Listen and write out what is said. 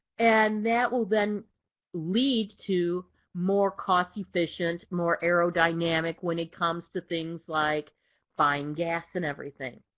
and that will then lead to more cost efficient more aerodynamic when it comes to things like fine gas and everything.